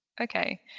Okay